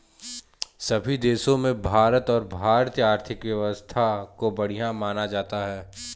सभी देशों में भारत और भारतीय आर्थिक व्यवस्था को बढ़िया माना जाता है